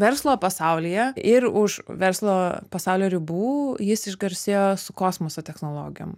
verslo pasaulyje ir už verslo pasaulio ribų jis išgarsėjo su kosmoso technologijom